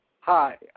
Hi